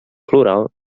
floral